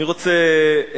אני רוצה,